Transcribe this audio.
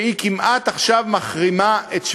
שהיא עכשיו כמעט מחרימה את שבדיה.